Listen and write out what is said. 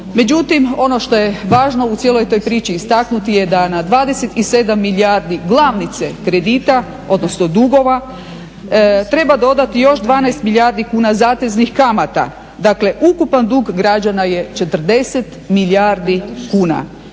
Međutim, ono što je važno u cijeloj toj priči istaknuti je da na 27 milijardi glavnice kredita, odnosno dugova treba dodati još 12 milijardi kuna zateznih kamata. Dakle, ukupan dug građana je 40 milijardi kuna